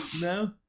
no